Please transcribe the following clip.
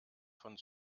von